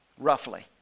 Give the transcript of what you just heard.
roughly